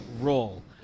role